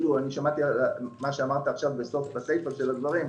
שמעתי את מה שאמרת עכשיו בסיפה של הדברים,